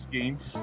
Games